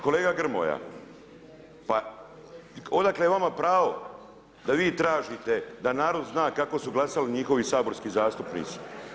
Kolega Grmoja, pa odakle vama pravo da vi tražite da narod zna kako su glasali njihovi saborski zastupnici.